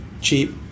cheap